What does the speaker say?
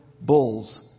bulls